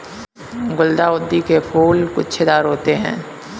गुलदाउदी के फूल गुच्छेदार होते हैं